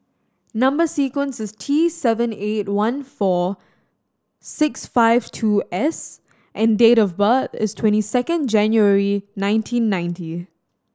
number sequence is T seven eight one four six five two S and date of birth is twenty second January nineteen ninety